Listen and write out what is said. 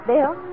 Bill